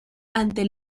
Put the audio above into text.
ante